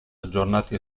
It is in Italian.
aggiornati